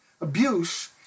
Abuse